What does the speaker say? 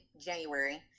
January